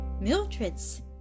Mildred's